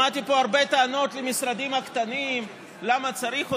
שמעתי פה הרבה טענות על המשרדים הקטנים: למה צריך אותם?